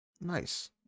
nice